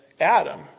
Adam